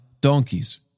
donkeys